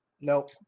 nope